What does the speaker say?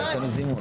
הישיבה